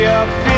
up